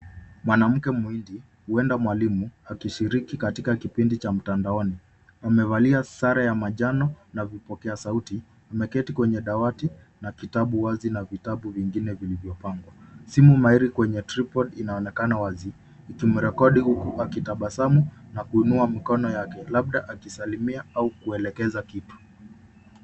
Mwanamke muhindi, huenda mwalimu, akishiriki katika kipindi cha matandaoni. Amevalia sare ya manjano na vipokea sauti. Ameketi kwenye dawati na vitabu wazi na vitabu vingine vilivyopangwa. Simu mahiri kwenye tripod inaonekana wazi ikimrekodi huku akitabasamu na kuinuia mikono yake labda akisalimia au kuelekeza kitu.